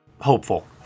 hopeful